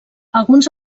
alguns